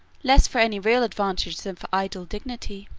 less for any real advantage than for ideal dignity,